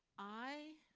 i,